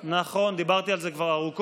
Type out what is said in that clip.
נכון, כבר דיברתי על זה ארוכות.